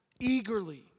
eagerly